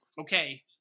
okay